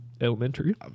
elementary